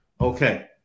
okay